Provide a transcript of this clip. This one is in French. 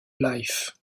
life